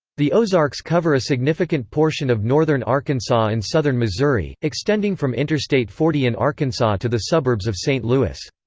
the ozarks cover a significant portion of northern arkansas and southern missouri, extending from interstate forty in arkansas to the suburbs of st. louis.